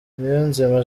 niyonzima